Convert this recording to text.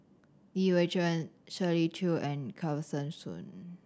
Li Hui Cheng Shirley Chew and Kesavan Soon